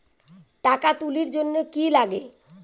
টাকা তুলির জন্যে কি লাগে?